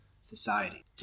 society